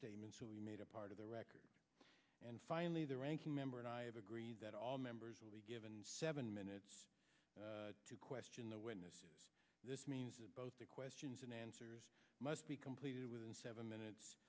statement you made a part of the record and finally the ranking member and i have agreed that all members will be given seven minutes to question the witnesses this means that both the questions and answers must be completed within seven minutes